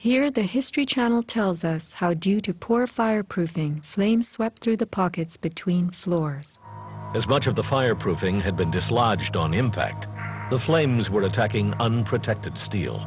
here the history channel tells us how do you two poor fireproofing flames swept through the pockets between floors as much of the fireproofing had been dislodged on impact the flames were attacking unprotected steel